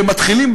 והם מתחילים,